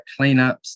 cleanups